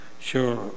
Sure